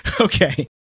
Okay